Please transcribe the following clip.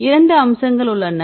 இரண்டு அம்சங்கள் உள்ளன